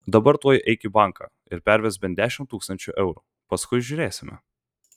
dabar tuoj eik į banką ir pervesk bent dešimt tūkstančių eurų paskui žiūrėsime